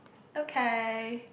okay